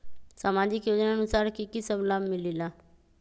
समाजिक योजनानुसार कि कि सब लाब मिलीला?